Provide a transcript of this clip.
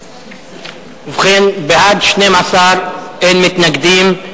ובכן, בעד, 12, אין מתנגדים.